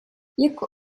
jako